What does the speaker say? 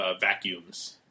vacuums